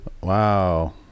Wow